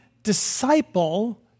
disciple